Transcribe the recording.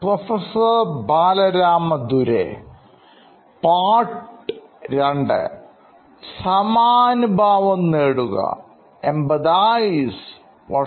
professor